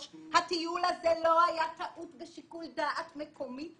הטיול הזה לא היה טעות בשיקול דעת מקומית